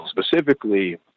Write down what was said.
Specifically